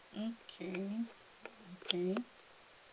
okay okay